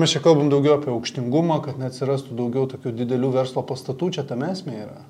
mes čia kalbam daugiau apie aukštingumą kad neatsirastų daugiau tokių didelių verslo pastatų čia tame esmė yra